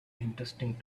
interesting